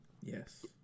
Yes